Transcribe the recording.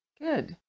Good